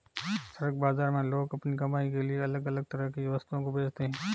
सड़क बाजार में लोग अपनी कमाई के लिए अलग अलग तरह की वस्तुओं को बेचते है